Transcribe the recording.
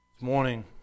morning